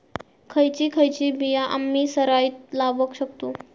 खयची खयची बिया आम्ही सरायत लावक शकतु?